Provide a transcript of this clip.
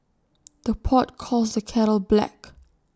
the pot calls the kettle black